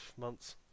months